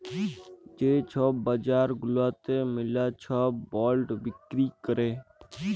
যে ছব বাজার গুলাতে ম্যালা ছব বল্ড বিক্কিরি ক্যরে